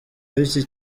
w’iki